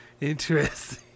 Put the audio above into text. interesting